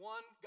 One